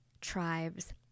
tribes